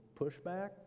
pushback